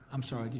i'm sorry,